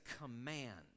command